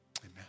amen